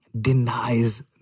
denies